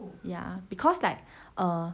ya because like err